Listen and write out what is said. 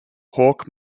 hawk